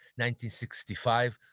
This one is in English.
1965